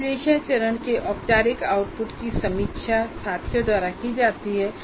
विश्लेषण चरण के औपचारिक आउटपुट की समीक्षा साथियों द्वारा की जाती है